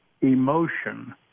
emotion